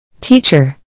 Teacher